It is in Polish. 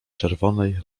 czerwonej